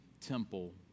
temple